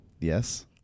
Yes